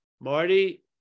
Marty